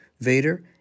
Vader